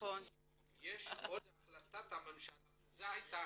הממשלה, יש שתי החלטות ממשלה שהתקבלו,